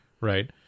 right